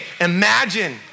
imagine